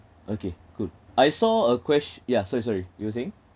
okay good I saw a ques~ ya sorry sorry you were saying